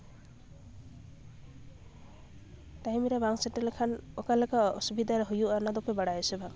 time ᱨᱮ ᱵᱟᱝ ᱥᱮᱴᱮᱨ ᱞᱮᱠᱷᱟᱱ ᱚᱠᱟᱞᱮᱠᱟ ᱚᱥᱩᱵᱤᱫᱟ ᱦᱩᱭᱩᱜᱼᱟ ᱚᱱᱟ ᱫᱚᱯᱮ ᱵᱟᱲᱟᱭᱟ ᱥᱮ ᱵᱟᱝ